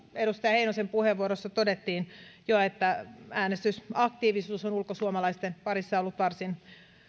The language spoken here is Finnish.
edustaja heinosen puheenvuorossa todettiin jo että äänestysaktiivisuus on ulkosuomalaisten parissa ollut varsin